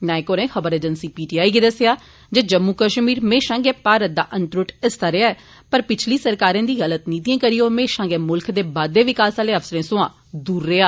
नायक होरें खबर agency PTI गी दस्सेआ ऐ जे जम्मू कश्मीर म्हेशां गै भारत दा अनत्रुट हिस्सा हा पर पिछली सरकारें दी गलत नीतिएं करी ओ म्हेशां गै मुल्ख दे बाद्दे विकास आले अवसरें सोआं दूर रेआ